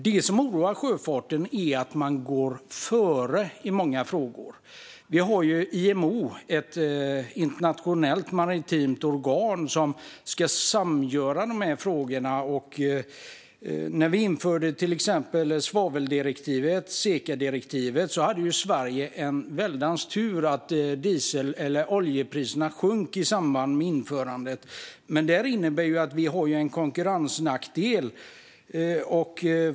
Det som oroar sjöfarten är att man går före i många frågor. IMO, ett internationellt maritimt organ, ska hantera dessa frågor. När till exempel svaveldirektivet, Sekadirektivet, infördes hade Sverige en stor tur att oljepriserna sjönk. Men det innebär att Sverige nu har en konkurrensnackdel.